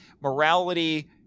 morality